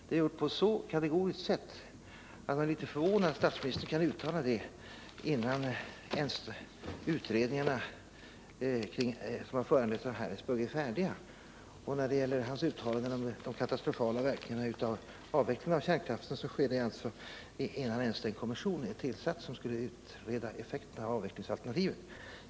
Det är sagt på ett så kategoriskt sätt att jag är litet förvånad över att statsministern kan uttala det innan ens utredningarna som föranletts av olyckan i Harrisburg är färdiga. Hans uttalanden om de katastrofala verkningarna av avveckling av kärnkraft görs också innan ens den kommission är tillsatt som skulle utreda effekterna av avvecklingsalternativet!